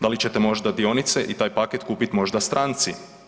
Da li će te možda dionice i taj paket kupit možda stranici?